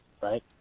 right